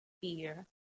fear